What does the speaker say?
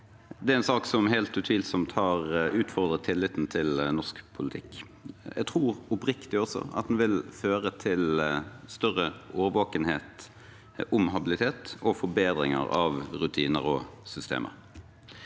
Det er en sak som helt utvilsomt har utfordret tilliten til norsk politikk. Jeg tror oppriktig at den vil føre til større årvåkenhet om habilitet og forbedringer av rutiner og systemer.